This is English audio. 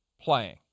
playing